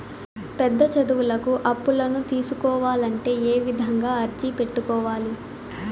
పెద్ద చదువులకు అప్పులను తీసుకోవాలంటే ఏ విధంగా అర్జీ పెట్టుకోవాలి?